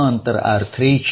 અંતર r3 છે